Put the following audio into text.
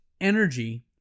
energy